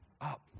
up